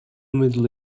middle